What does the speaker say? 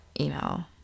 email